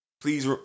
Please